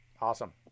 Awesome